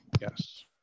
Yes